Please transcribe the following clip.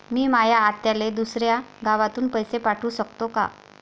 मी माया आत्याले दुसऱ्या गावातून पैसे पाठू शकतो का?